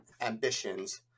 ambitions